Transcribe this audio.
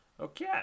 Okay